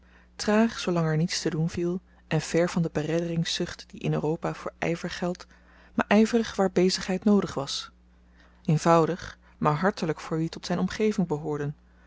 traag zoolang er niets te doen viel en ver van de beredderingzucht die in europa voor yver geldt maar yverig waar bezigheid noodig was eenvoudig maar hartelyk voor wie tot zyn omgeving behoorden